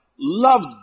loved